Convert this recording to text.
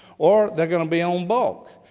or they're going to be on bulk.